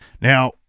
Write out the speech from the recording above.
Now